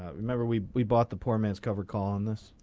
um remember we we bought the poor man's cover call on this.